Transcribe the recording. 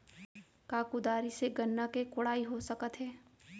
का कुदारी से गन्ना के कोड़ाई हो सकत हे?